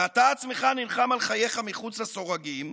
ואתה עצמך נלחם על חייך מחוץ לסורגים,